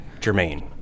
Jermaine